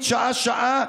שעה-שעה,